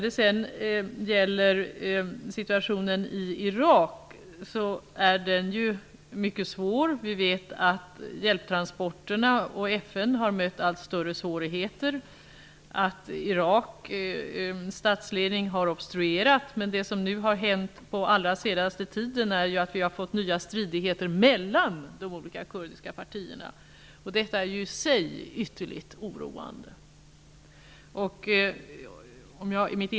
Situationen i Irak är mycket svår. Vi vet att hjälptransporterna och FN har mött allt större svårigheter. Iraks statsledning har obstruerat. Under den senaste tiden har det uppstått nya stridigheter mellan de olika kurdiska partierna. Detta är i sig ytterligt oroande.